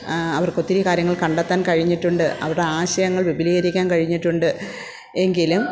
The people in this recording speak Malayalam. അവർക്ക് ഒത്തിരി കാര്യങ്ങൾ കണ്ടെത്താൻ കഴിഞ്ഞിട്ടുണ്ട് അവരുടെ ആശയങ്ങൾ വിപുലീകരിക്കാൻ കഴിഞ്ഞിട്ടുണ്ട് എങ്കിലും